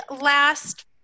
last